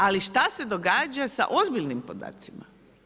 Ali šta se događa sa ozbiljnim podacima?